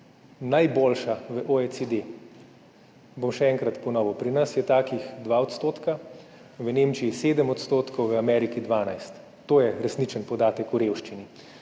najboljša v OECD. Bom še enkrat ponovil, pri nas je takih 2 %, v Nemčiji 7 %, v Ameriki 12 %. To je resničen podatek o revščini.